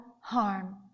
harm